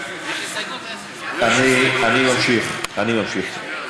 אני ממשיך, אני ממשיך.